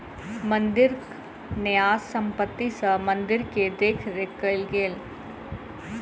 मंदिरक न्यास संपत्ति सॅ मंदिर के देख रेख कएल गेल